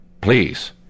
Please